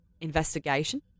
investigation